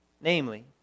namely